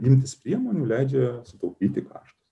imtis priemonių leidžia sutaupyti kaštus